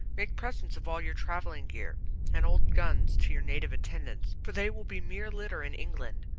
make presents of all your travelling gear and old guns to your native attendants, for they will be mere litter in england,